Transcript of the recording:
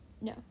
No